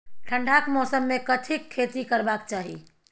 ठंडाक मौसम मे कथिक खेती करबाक चाही?